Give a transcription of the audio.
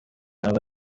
aba